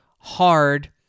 hard